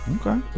Okay